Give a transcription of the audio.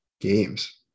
games